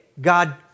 God